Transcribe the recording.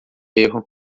erro